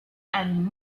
and